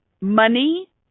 money